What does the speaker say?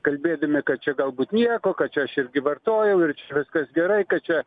kalbėdami kad čia galbūt nieko kad čia aš irgi vartojau ir čia viskas gerai kad čia